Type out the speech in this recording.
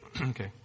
okay